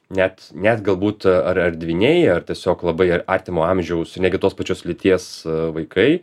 net nes galbūt ar ar dvyniai ar tiesiog labai artimo amžiaus netgi tos pačios lyties vaikai